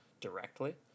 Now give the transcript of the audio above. directly